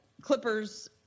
clipper's